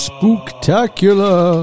Spooktacular